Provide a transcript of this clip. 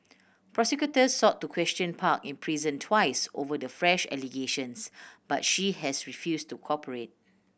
prosecutors sought to question park in prison twice over the fresh allegations but she has refused to cooperate